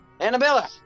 Annabella